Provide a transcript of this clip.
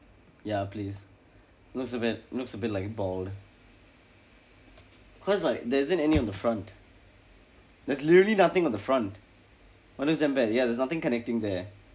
ya please most of it looks a bit like bald cause like there isn't any of the front there's literally nothing on the front !wah! that's damn bad ya there's nothing connecting there